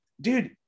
dude